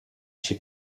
she